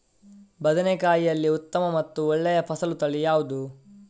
ಬದನೆಕಾಯಿಯಲ್ಲಿ ಉತ್ತಮ ಮತ್ತು ಒಳ್ಳೆಯ ಫಸಲು ತಳಿ ಯಾವ್ದು?